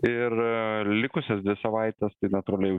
ir likusias dvi savaites tai natūraliai jau